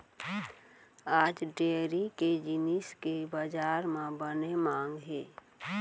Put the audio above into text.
आज डेयरी के जिनिस के बजार म बने मांग हे